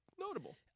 notable